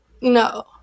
No